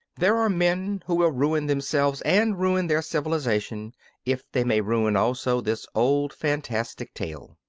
there are men who will ruin themselves and ruin their civilization if they may ruin also this old fantastic tale.